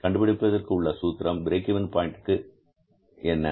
கண்டுபிடிப்பதற்கு உள்ள சூத்திரம் பிரேக் இவென் பாயின்ட் என்பதற்கு என்ன